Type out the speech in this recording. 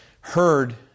heard